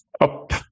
Up